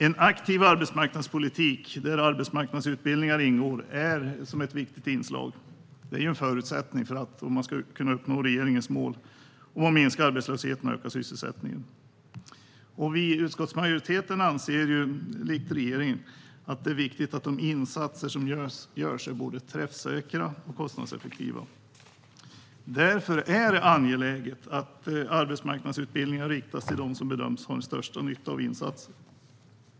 En aktiv arbetsmarknadspolitik, där arbetsmarknadsutbildningar ingår som ett viktigt inslag, är en förutsättning för att man ska kunna uppnå regeringens mål om att minska arbetslösheten och öka sysselsättningen. Vi i utskottsmajoriteten anser likt regeringen att det är viktigt att de insatser som görs är både träffsäkra och kostnadseffektiva. Därför är det angeläget att arbetsmarknadsutbildningar riktas till dem som bedöms ha störst nytta av insatsen.